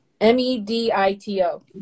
m-e-d-i-t-o